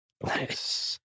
Nice